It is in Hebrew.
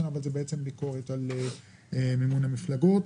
ביקורת על מימון המפלגות,